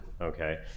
okay